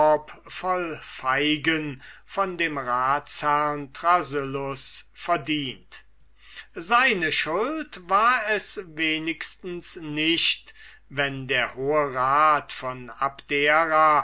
feigen von dem ratsherrn thrasyllus verdient seine schuld war es wenigstens nicht wenn der hohe senat von abdera